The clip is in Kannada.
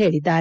ಹೇಳಿದ್ದಾರೆ